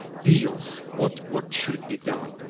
deals, what what should be done,